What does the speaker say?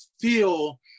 feel